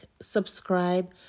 subscribe